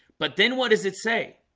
but then what does it say?